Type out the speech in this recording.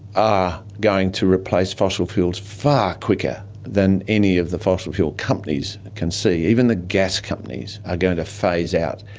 are going to replace fossil fuels far quicker than any of the fossil fuel companies can see, even the gas companies are going to phase out.